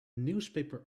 newspaper